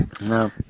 No